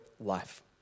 life